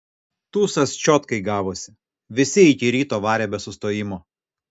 tūsas čiotkai gavosi visi iki ryto varė be sustojimo